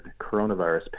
coronavirus